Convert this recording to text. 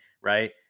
Right